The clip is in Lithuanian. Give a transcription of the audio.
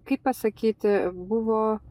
kaip pasakyti buvo